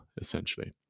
essentially